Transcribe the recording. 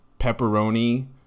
pepperoni